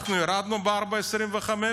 אנחנו ירדנו ב-4.25%,